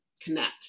connect